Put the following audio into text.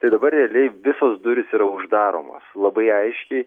tai dabar realiai visos durys yra uždaromos labai aiškiai